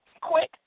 quick